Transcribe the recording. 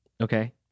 Okay